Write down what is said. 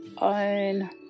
own